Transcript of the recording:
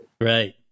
Right